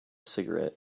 cigarette